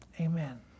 amen